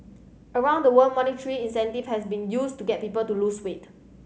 around the world monetary incentive has been used to get people to lose weight